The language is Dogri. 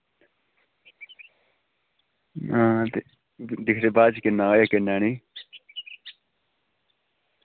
ते दिखदे बाद च किन्ना होएआ किन्ना नेईं